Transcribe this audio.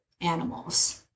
animals